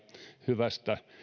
hyvästä